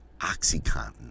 Oxycontin